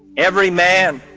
every man,